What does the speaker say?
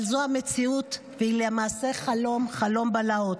אבל זו המציאות, והיא למעשה חלום, חלום בלהות.